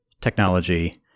technology